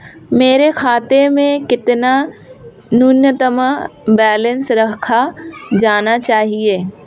मेरे खाते में कितना न्यूनतम बैलेंस रखा जाना चाहिए?